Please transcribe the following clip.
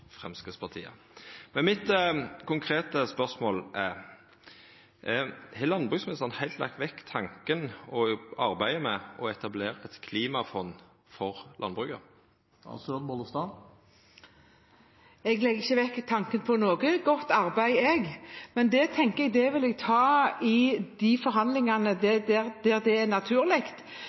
Men mitt konkrete spørsmål er: Har landbruksministeren heilt lagt vekk tanken på og arbeidet med å etablera eit klimafond for landbruket? Jeg legger ikke vekk tanken på noe godt arbeid, jeg, men det vil jeg ta i de forhandlingene der det er naturlig.